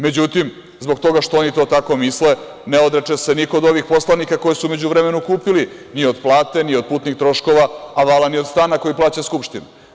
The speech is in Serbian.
Međutim, zbog toga što oni to tako misle ne odriče se niko od ovih poslanika koje su u međuvremenu kupili, ni od plate, ni od putnih troškova, a vala ni od stana koji plaća Skupština.